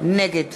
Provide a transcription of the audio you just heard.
נגד